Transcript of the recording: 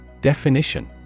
Definition